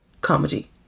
comedy